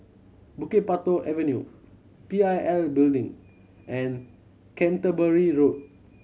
Bukit Batok Avenue P I L Building and Canterbury Road